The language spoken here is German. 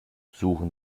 suchen